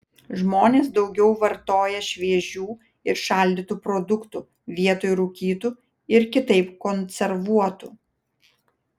žmonės daugiau vartoja šviežių ir šaldytų produktų vietoj rūkytų ir kitaip konservuotų